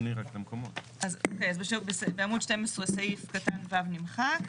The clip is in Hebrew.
בעמוד 7,